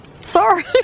sorry